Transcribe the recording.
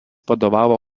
vadovavo